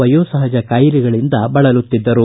ವಯೋಸಪಜ ಕಾಯಿಲೆಗಳಿಂದ ಬಳಲುತ್ತಿದ್ದರು